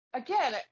again